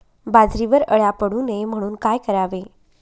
बाजरीवर अळ्या पडू नये म्हणून काय करावे?